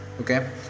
Okay